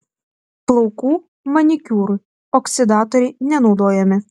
plaukų manikiūrui oksidatoriai nenaudojami